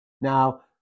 Now